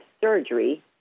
surgery